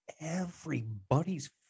everybody's